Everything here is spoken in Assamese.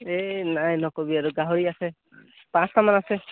এই নাই নকবি আৰু গাহৰি আছে পাঁচটামান আছে